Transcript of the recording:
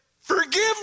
forgive